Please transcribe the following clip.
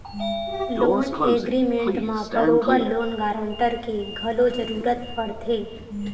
loan agreement म बरोबर loan guarantor के घलो जरुरत पड़थे